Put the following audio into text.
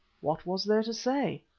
what was there to say?